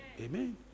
Amen